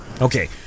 Okay